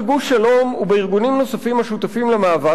ב'גוש שלום' ובארגונים נוספים השותפים למאבק,